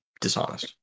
Dishonest